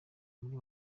muri